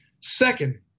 Second